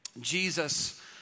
Jesus